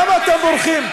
למה אתם בורחים?